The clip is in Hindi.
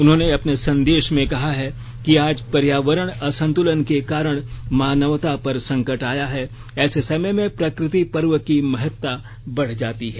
उन्होंने अपने संदेश में कहा है कि आज प्रकृति पर्यावरण असंतुलन के कारण मानवता पर संकट आया है ऐसे समय में प्रकृति पर्व की महत्ता बढ़ जाती है